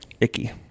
Icky